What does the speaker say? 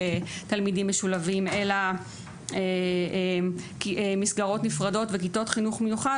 תלמידים משולבים אלא מסגרות נפרדות וכיתות חינוך מיוחד,